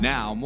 Now